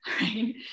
right